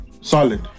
Solid